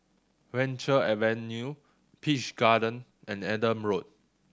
Venture Avenue Peach Garden and Adam Road